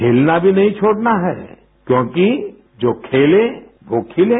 खेलना भी नहीं छोड़ना है क्योंकि जो खेले वो खिले